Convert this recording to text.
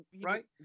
Right